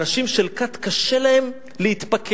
אנשים של כת, קשה להם להתפכח.